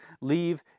leave